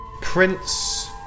Prince